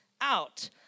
out